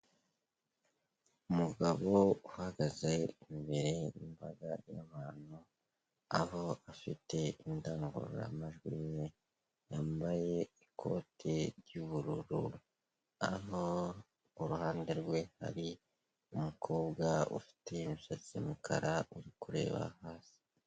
Umugabo uhagaze imbere y'imbaga y'abantu, aho afite indangururamajwi ye, yambaye ikote ry'ubururu, hano iruhande rwe hari umukobwa ufite umusatsi w'umukara uri kureba hasi.